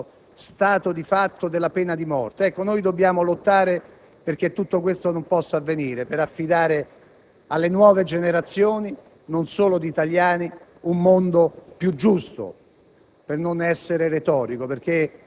che in molti Paesi ancora viga di fatto la pena di morte. Dobbiamo lottare perché tutto ciò non possa avvenire, per affidare alle nuove generazioni, non solo di italiani, un mondo più giusto,